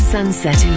Sunset